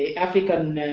african